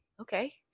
okay